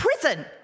prison